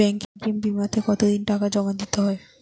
Banking বিমাতে কত দিন টাকা জমা দিতে হয়?